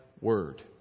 word